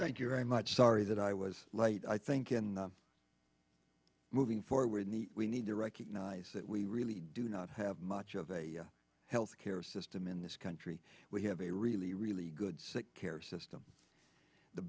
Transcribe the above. thank you very much sorry that i was light i think in moving forward need we need to recognize that we really do not have much of a health care system in this country we have a really really good sick care system the